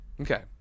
Okay